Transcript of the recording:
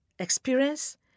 Experience